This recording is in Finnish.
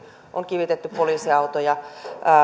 on kivitetty poliisiautoja